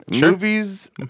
Movies